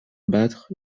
battre